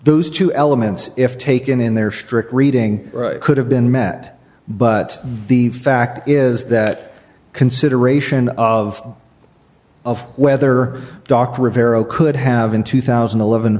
those two elements if taken in their strict reading could have been met but the fact is that consideration of of whether dr rivera could have in two thousand and eleven